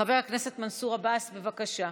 חבר הכנסת מנסור עבאס, בבקשה.